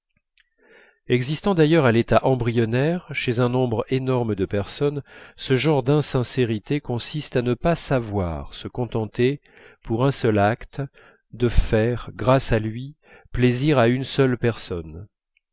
existant d'ailleurs à l'état embryonnaire chez un nombre énorme de personnes ce genre d'insincérité consiste à ne pas savoir se contenter pour un seul acte de faire grâce à lui plaisir à une seule personne